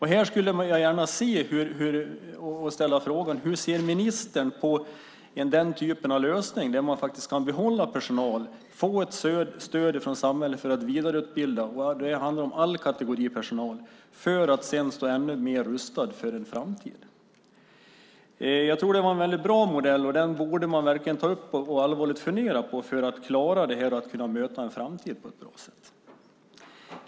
Här skulle jag vilja ställa frågan: Hur ser ministern på den typen av lösning, där man faktiskt kan behålla personal och få ett stöd från samhället för att vidareutbilda alla kategorier av personal för att sedan stå bättre rustad för framtiden? Jag tror att detta var en bra modell, och den borde man allvarligt ta upp och fundera på för att klara att möta framtiden på ett bra sätt.